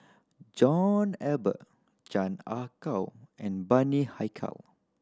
John Eber Chan Ah Kow and Bani Haykal